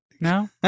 No